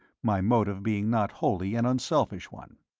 my motive being not wholly an unselfish one.